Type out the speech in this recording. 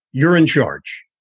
you're in charge.